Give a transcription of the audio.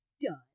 done